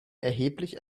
erheblich